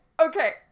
okay